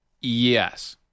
Yes